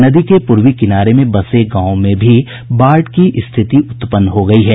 नदी के पूर्वी किनारे में बसे गांवों में भी बाढ़ की स्थिति उत्पन्न हो गयी है